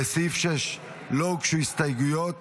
לסעיף 6 לא הוגשו הסתייגויות.